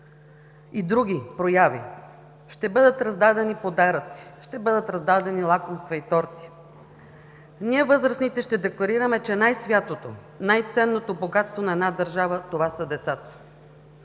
и други прояви, ще бъдат раздадени подаръци, ще бъдат раздадени лакомства и торти, ние, възрастните, ще декларираме, че най-святото, най-ценното богатство на една държава, това са децата.